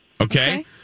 Okay